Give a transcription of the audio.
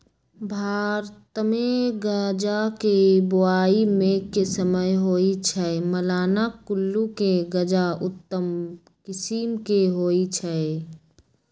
भारतमे गजा के बोआइ मेघ के समय होइ छइ, मलाना कुल्लू के गजा उत्तम किसिम के होइ छइ